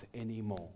anymore